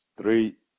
Three